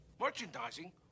Merchandising